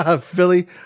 Philly